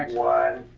one